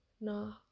No